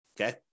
Okay